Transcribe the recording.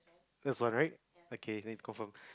that's one right okay then confirm